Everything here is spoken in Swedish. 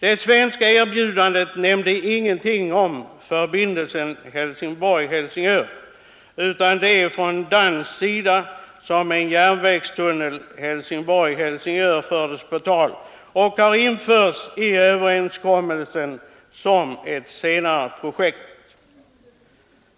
Det svenska erbjudandet nämnde ingenting om förbindelsen Helsingborg-Helsingör, utan det var från dansk sida som järnvägstunneln mellan dessa båda städer fördes på tal och har införts i överenskommelsen som ett senare projekt.